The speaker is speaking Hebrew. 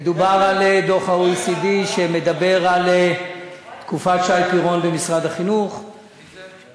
מדובר בדוח ה-OECD שמדבר על תקופת שי פירון במשרד החינוך -- מי זה?